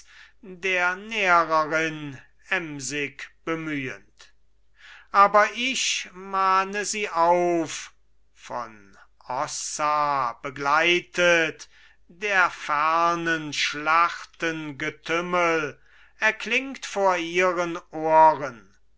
der nährerin emsig bemühend aber ich mahne sie auf von ossa begleitet der fernen schlachten getümmel erklingt vor ihren ohren